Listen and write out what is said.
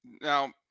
Now